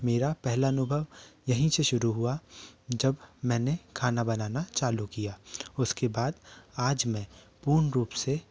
मेरा पहला अनुभव यहीं से शुरू हुआ जब मैंने खाना बनान चालू किया उसके बाद आज मैं पूर्ण रूप से